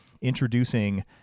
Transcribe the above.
introducing